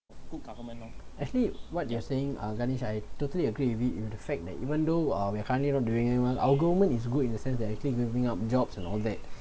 actually what you are saying uh ganesh I totally agree with it in the fact that even though uh we are currently not doing well our government is good in the sense that actually bringing up jobs and all that